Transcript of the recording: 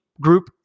group